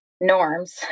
norms